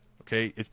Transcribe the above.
okay